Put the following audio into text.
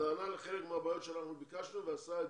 נענה לחלק מהבעיות שביקשנו והוא עשה זאת.